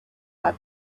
out